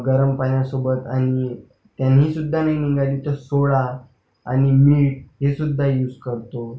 गरम पाण्यासोबत आणि त्यानीसुद्धा नाही निघाली तर सोडा आणि मीठ हेसुद्धा यूस करतो